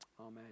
Amen